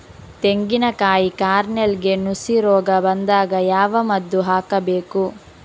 ತೆಂಗಿನ ಕಾಯಿ ಕಾರ್ನೆಲ್ಗೆ ನುಸಿ ರೋಗ ಬಂದಾಗ ಯಾವ ಮದ್ದು ಹಾಕಬೇಕು?